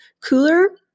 cooler